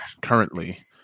currently